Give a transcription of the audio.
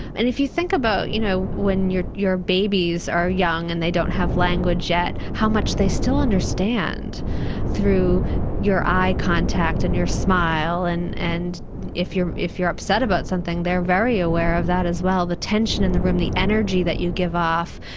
and if you think about, you know, when your your babies are young and they don't have language yet how much they still understand through your eye contact and your smile and and if you're upset about something they are very aware of that as well. the tension in the room, the energy that you give off.